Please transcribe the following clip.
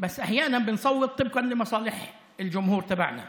ידעתי שהשרה האחראית היא שרת האנרגיה קארין אלהרר,